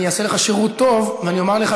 אני אעשה לך שירות טוב ואני אומר לך